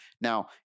Now